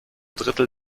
drittel